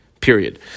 Period